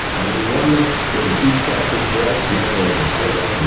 and do one minute in each character's voice mannerisms, okay?